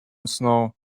snow